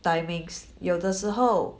timings 有的时候